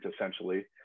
essentially